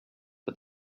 but